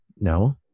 No